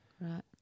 Right